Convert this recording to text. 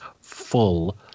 full